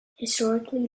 historically